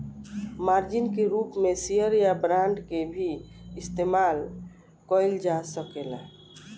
margin के रूप में शेयर या बांड के भी इस्तमाल कईल जा सकेला